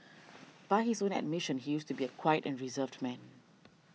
by his own admission he used to be a quiet and reserved man